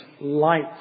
light